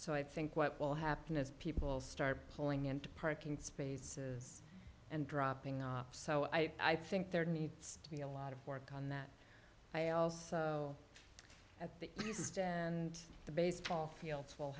so i think what will happen is people start pulling into parking spaces and dropping off so i think there needs to be a lot of work on that i also at the least and the baseball fields w